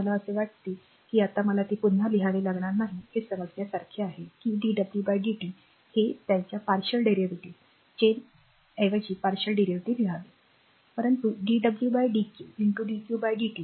मला असे वाटते की आता मला ते पुन्हा लिहावे लागणार नाही हे समजण्यासारखे आहे की dw dt हे त्यांच्या partial derivative पारशल डेरीवेटिवचैन नियम ऐवजी पारशल डेरीवेटिव लिहावे परंतु dw dq dq dt